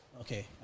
Okay